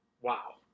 wow